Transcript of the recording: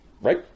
right